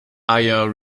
higher